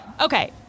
Okay